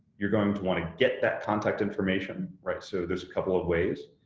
you're going to want to get that contact information, right, so there's a couple of ways.